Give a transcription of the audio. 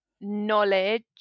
knowledge